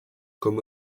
comme